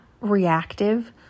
reactive